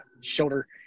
shoulder